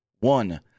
one